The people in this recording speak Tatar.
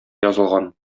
язылган